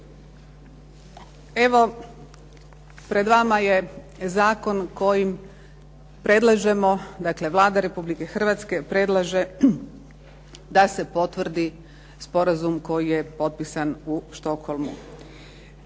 pred vama je zakon kojim predlažemo, dakle Vlada Republike hrvatske predlaže da se potvrdi sporazum koji je potpisan u Stockholmu.